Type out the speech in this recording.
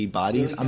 bodies